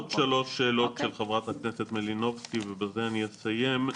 עוד שלוש שאלות של חברת הכנסת מלינובסקי ובזה אני אסיים.